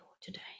today